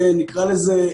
נקרא לזה,